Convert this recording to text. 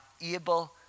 able